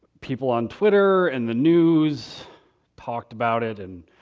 people on twitter and the news talked about it, and